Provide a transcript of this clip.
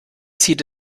zieht